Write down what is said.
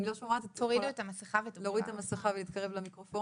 רק איך קוראים לך?